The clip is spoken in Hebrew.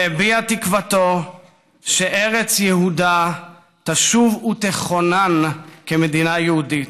שהביע את תקוותו שארץ יהודה תשוב ותכונן כמדינה יהודית.